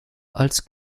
als